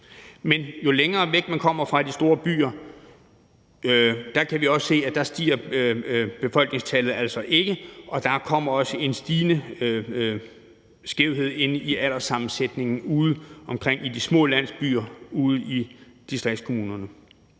Men jo længere væk, man kommer fra de store byer, jo mere udpræget er det, at befolkningstallet ikke stiger, og der kommer også en stigende skævhed i alderssammensætningen udeomkring i de små landsbyer ude i landdistriktskommunerne.